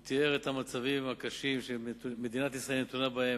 הוא תיאר את המצב הקשה שמדינת ישראל נתונה בו,